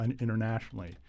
internationally